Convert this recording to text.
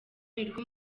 nirwo